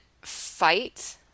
fight